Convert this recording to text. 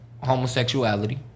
homosexuality